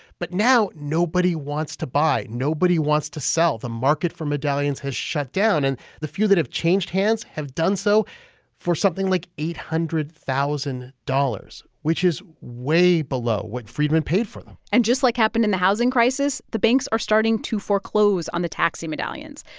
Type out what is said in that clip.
but now nobody wants to buy nobody wants to sell. the market for medallions has shut down. and the few that have changed hands have done so for something like eight hundred thousand dollars, which is way below what freidman paid for them and just like happened in the housing crisis, the banks are starting to foreclose on the taxi medallions.